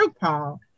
Paul